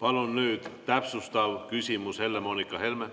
Palun nüüd täpsustav küsimus, Helle-Moonika Helme!